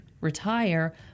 retire